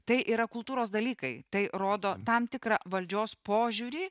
tai yra kultūros dalykai tai rodo tam tikrą valdžios požiūrį